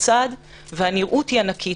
בצד והנראות היא ענקית.